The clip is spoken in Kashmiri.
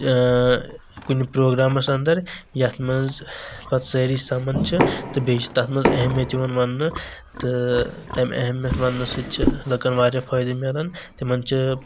کُنہِ پروگرامس انٛدر یتھ منٛز پتہٕ سأری سمان چھ تہٕ بیٚیہِ چھ تَتھ منٛز اہمیت یِوان وَننہٕ تہٕ تٔمہِ اہمیت وَننہٕ سۭتۍ چھ لُکن واریاہ فٲیِدٕ مِلان تِمن چھ